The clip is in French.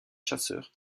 chasseurs